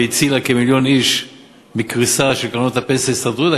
והצילה כמיליון איש מקריסה של קרנות הפנסיה ההסתדרותיות,